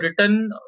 written